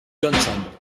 johnson